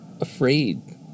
afraid